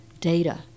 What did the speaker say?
data